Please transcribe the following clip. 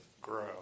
grow